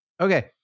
okay